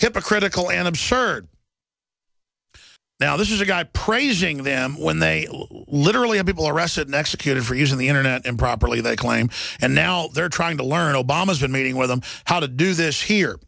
hypocritical and absurd now this is a guy praising them when they literally have people arrested and executed for using the internet improperly they claim and now they're trying to learn obama's been meeting with them how to do this here